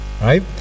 right